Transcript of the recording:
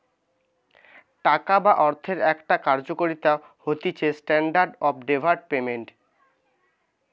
টাকা বা অর্থের একটা কার্যকারিতা হতিছেস্ট্যান্ডার্ড অফ ডেফার্ড পেমেন্ট